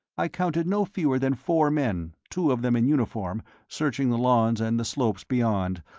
i counted no fewer than four men, two of them in uniform, searching the lawns and the slopes beyond,